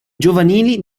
giovanili